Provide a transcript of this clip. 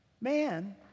Man